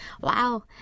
Wow